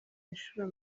inshuro